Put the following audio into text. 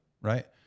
Right